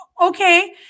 Okay